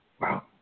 Wow